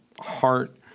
heart